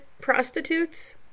prostitutes